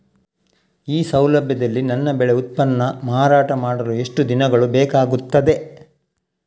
ಈ ಸೌಲಭ್ಯದಲ್ಲಿ ನನ್ನ ಬೆಳೆ ಉತ್ಪನ್ನ ಮಾರಾಟ ಮಾಡಲು ಎಷ್ಟು ದಿನಗಳು ಬೇಕಾಗುತ್ತದೆ?